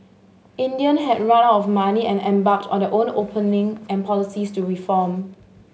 India had run out of money and embarked on their own opening and policies to reform